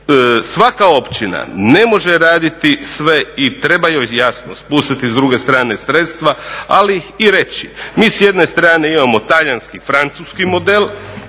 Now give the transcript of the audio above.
svaka općina ne može raditi sve i treba joj jasno spustiti s druge strane sredstva ali ih i reći. Mi s jedne strane imamo talijanski-francuski model